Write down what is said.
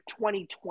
2020